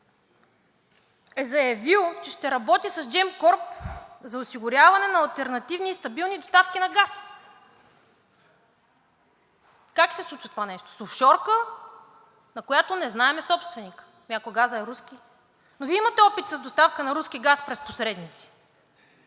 е заявил, че ще работи с Gemcorp за осигуряване на алтернативни и стабилни доставки на газ? Как се случва това нещо? С офшорка, на която не знаем собственика. Ами ако газът е руски? Вие имате опит с доставка на руски газ през посредници